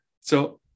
So-